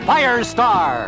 Firestar